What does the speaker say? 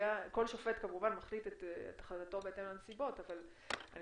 שופט כמובן מחליט את החלטתו בהתאם לנסיבות אבל אני